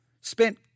spent